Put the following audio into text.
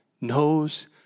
knows